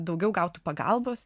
daugiau gautų pagalbos